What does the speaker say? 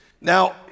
Now